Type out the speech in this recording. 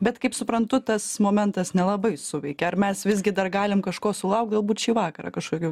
bet kaip suprantu tas momentas nelabai suveikė ar mes visgi dar galim kažko sulaukt galbūt šį vakarą kažkokių